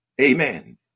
Amen